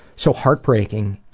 so heartbreaking